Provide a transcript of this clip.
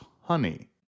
honey